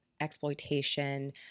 exploitation